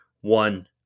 One